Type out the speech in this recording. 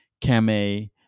Kame